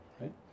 right